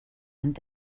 und